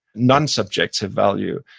non-subjective value,